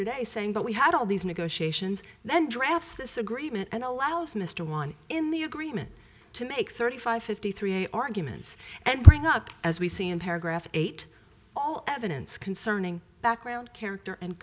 today saying that we had all these negotiations then drafts this agreement and allows mr juan in the agreement to make thirty five fifty three arguments and bring up as we see in paragraph eight all evidence concerning background character and